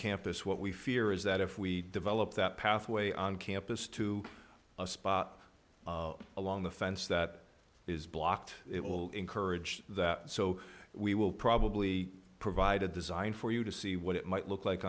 campus what we fear is that if we develop that pathway on campus to a spot along the fence that is blocked it will encourage that so we will probably provide a design for you to see what it might look like